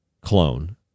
clone